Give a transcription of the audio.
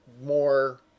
more